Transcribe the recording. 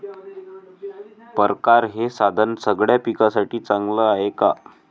परकारं हे साधन सगळ्या पिकासाठी चांगलं हाये का?